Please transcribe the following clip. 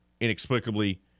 inexplicably